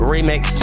Remix